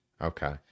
Okay